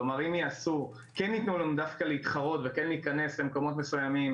כלומר אם כן יתנו לנו דווקא להתחרות וכן להיכנס למקומות מסוימים,